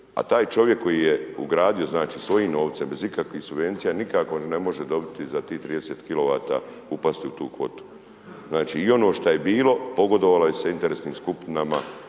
A taj čovjek koji je ugradio znači svojim novcem bez ikakvih subvencija nikako ne može dobiti za tih 30 kW upasti u tu kvotu. Znači i ono što je bilo pogodovalo se interesnim skupinama